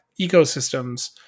ecosystems